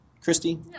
Christy